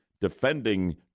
defending